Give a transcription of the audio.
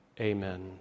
Amen